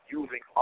using